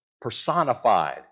personified